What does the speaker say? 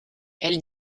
elle